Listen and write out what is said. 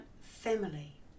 family